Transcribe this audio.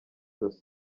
dos